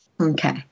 Okay